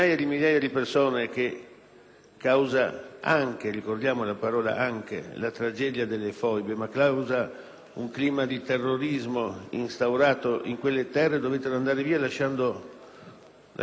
causa anche - sottolineo la parola anche - della tragedia delle foibe e a causa di un clima di terrorismo instaurato in quelle terre, dovettero andare via lasciando tutto.